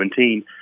2017